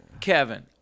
Kevin